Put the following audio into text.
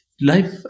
life